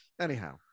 Anyhow